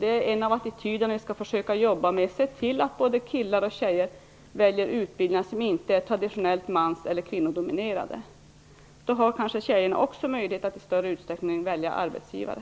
En av de attityder som vi skall försöka jobba med är att se till att både killar och tjejer väljer utbildningar som inte är traditionellt mans eller kvinnodominerade. Då har kanske tjejerna också möjlighet att i större utsträckning välja arbetsgivare.